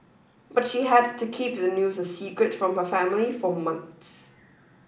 but she had to keep the news a secret from her family for months